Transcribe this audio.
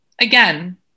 again